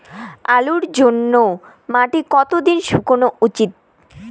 আলুর জন্যে মাটি কতো দিন শুকনো উচিৎ?